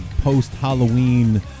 post-Halloween